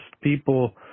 people